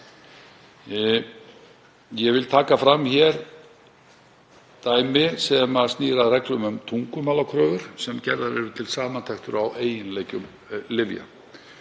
Ég vil taka fram dæmi sem snýr að reglum um tungumálakröfur sem gerðar eru til samantektar á eiginleikum lyfja,